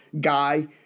guy